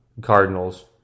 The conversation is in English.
Cardinals